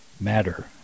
matter